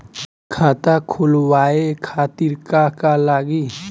खाता खोलवाए खातिर का का लागी?